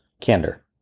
Candor